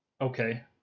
okay